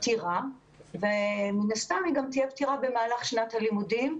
פתירה ומן הסתם גם תהיה פתירה במהלך שנת הלימודים.